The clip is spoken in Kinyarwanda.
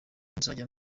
nzajya